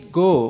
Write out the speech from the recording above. go